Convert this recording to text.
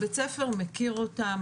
בית הספר מכיר אותם,